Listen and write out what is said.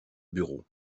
bureau